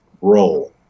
role